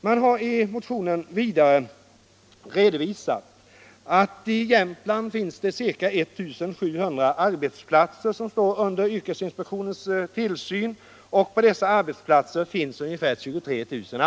Mun har i motionen redovisat att det i Jämtland är ca I 700 arbetsplatser som står under yrkesinspektionens tillsyn och att antalet anställda på dessa arbetsplatser är ungefär 23 000.